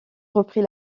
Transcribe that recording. reprit